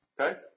okay